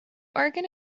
organ